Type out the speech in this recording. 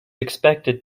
expected